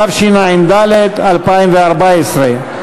התשע"ד 2014,